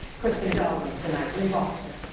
kristen dahlgren tonight in boston.